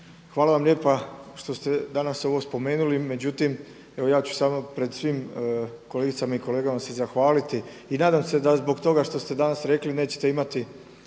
hvala vam lijepa što ste danas ovo spomenuli. Međutim, evo ja ću samo pred svim kolegicama i kolegama se zahvaliti i nadam se da zbog toga što ste danas rekli nećete imati